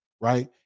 right